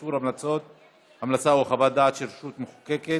איסור המלצה או חוות דעת של רשות חוקרת),